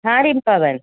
હાં રિમ્પાબેન